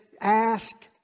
ask